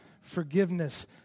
forgiveness